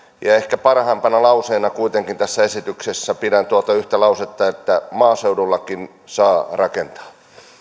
ehkä kuitenkin parhaimpana lauseena tässä esityksessä pidän tuota yhtä lausetta maaseudullakin saa rakentaa